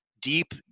deep